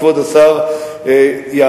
כבוד השר יעלון,